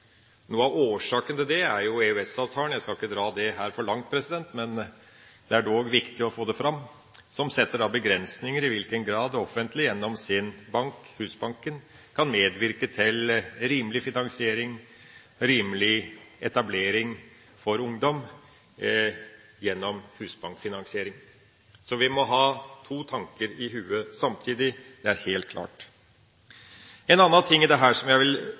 Noe av årsaken til det er EØS-avtalen – jeg skal ikke dra det for langt, men det er dog viktig å få det fram – som setter begrensninger for i hvilken grad det offentlige gjennom sin bank, Husbanken, kan medvirke til rimelig finansiering, rimelig etablering for ungdom gjennom husbankfinansiering. Vi må ha to tanker i hodet samtidig, det er helt klart. En annen ting som jeg vil